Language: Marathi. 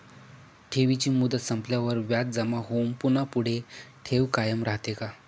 ठेवीची मुदत संपल्यावर व्याज जमा होऊन पुन्हा पुढे ठेव कायम राहते का?